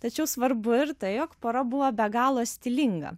tačiau svarbu ir tai jog pora buvo be galo stilinga